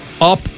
up